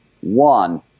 one